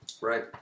Right